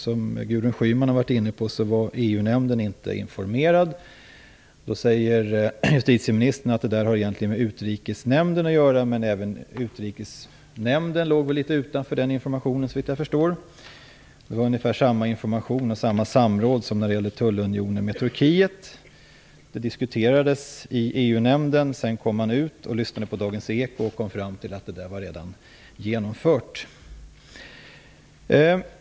Som Gudrun Schyman var inne på var EU-nämnden inte informerad. Justitieministern säger att detta egentligen har med Utrikesnämnden att göra, men såvitt jag förstår hamnade även Utrikesnämnden litet utanför den informationen. Det var ungefär samma information och samma samråd som när det gällde tullunionen med Turkiet. Den diskuterades i EU-nämnden. Sedan kom man ut och lyssnade på dagens eko och kom fram till att den redan var genomförd.